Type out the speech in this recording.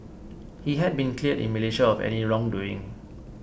he has been cleared in Malaysia of any wrongdoing